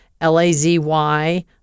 L-A-Z-Y